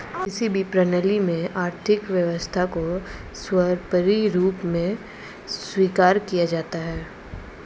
किसी भी प्रणाली में आर्थिक व्यवस्था को सर्वोपरी रूप में स्वीकार किया जाता है